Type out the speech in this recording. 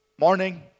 Morning